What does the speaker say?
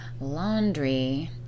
laundry